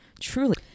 truly